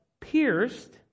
pierced